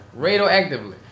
Radioactively